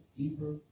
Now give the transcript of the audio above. deeper